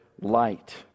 light